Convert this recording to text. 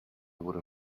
would